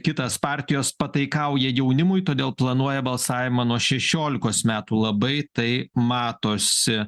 kitas partijos pataikauja jaunimui todėl planuoja balsavimą nuo šešiolikos metų labai tai matosi